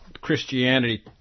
Christianity